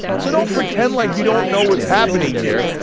so don't pretend like you don't know what is happening here.